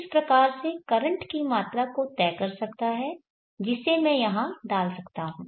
इस प्रकार से करंट की मात्रा को तय कर सकता है जिसे मैं यहां डाल सकता हूं